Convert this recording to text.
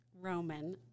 roman